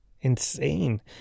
Insane